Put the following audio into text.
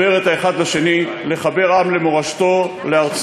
בצה"ל ולבחון מחדש את יחס צה"ל למורשת העם היהודי,